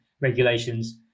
regulations